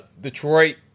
Detroit